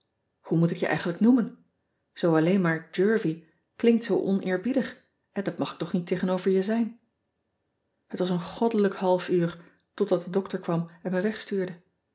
oe moet ik je eigenlijk noemen oo alleen maar ervie klinkt zoo oneerbiedig en dat mag ik toch niet tegenover je zijn et was een goddelijk half uur totdat de dokter kwam en me wegstuurde